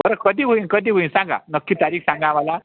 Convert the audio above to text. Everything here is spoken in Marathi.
बरं कधी होईन कधी होईन सांगा नक्की तारीख सांगा आम्हाला